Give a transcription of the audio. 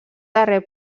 darrer